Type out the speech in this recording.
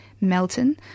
Melton